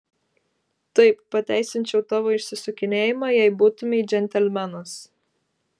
taip pateisinčiau tavo išsisukinėjimą jei būtumei džentelmenas